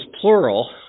plural